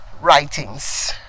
writings